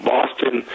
Boston